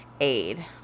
aid